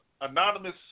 anonymous